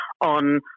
on